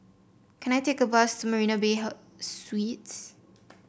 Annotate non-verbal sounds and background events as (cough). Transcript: can I take a bus to Marina Bay (unintelligible) Suites